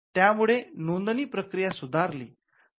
त्यामुळे नोंदणी प्रक्रिया सुधारली